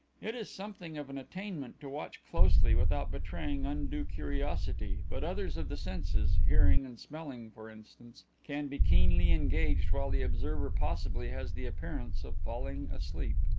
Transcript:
it is something of an attainment to watch closely without betraying undue curiosity, but others of the senses hearing and smelling, for instance can be keenly engaged while the observer possibly has the appearance of falling asleep.